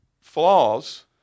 flaws